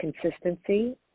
consistency